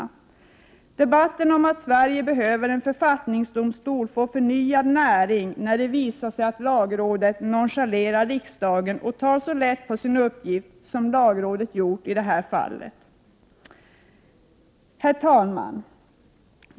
Debatten om att Sverige behöver en författningsdomstol får förnyad näring när det visar sig att lagrådet nonchalerar riksdagen och tar så lätt på sin uppgift som lagrådet gjort i detta fall. Herr talman!